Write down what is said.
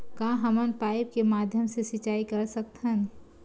का हमन पाइप के माध्यम से सिंचाई कर सकथन?